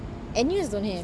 N_U_S don't have